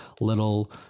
little